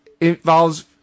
involves